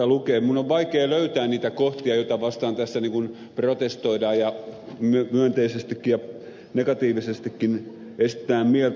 minun on vaikea löytää niitä kohtia joita vastaan tässä protestoidaan myönteisestikin ja negatiivisestikin esitetään mieltä